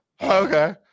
okay